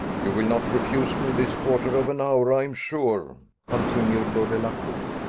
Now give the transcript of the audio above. you will not refuse me this quarter of an hour, i am sure, continued lord delacour,